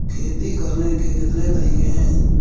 खेती करने के कितने तरीके हैं?